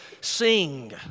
sing